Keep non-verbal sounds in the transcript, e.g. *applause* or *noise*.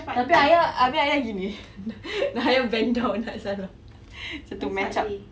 habis ayah habis ayah gini *laughs* ayah *laughs* bend down nak salam *laughs* satu match up